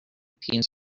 teens